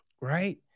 Right